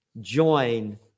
join